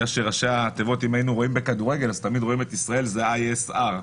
אם היינו רואים כדורגל, תמיד ישראל זה ISR,